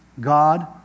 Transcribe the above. God